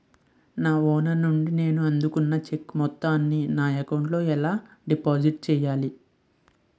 నా ఓనర్ నుండి నేను అందుకున్న చెక్కు మొత్తాన్ని నా అకౌంట్ లోఎలా డిపాజిట్ చేయాలి?